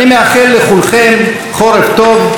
אני מאחל לכולכם חורף טוב,